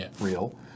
real